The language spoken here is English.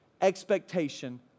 expectation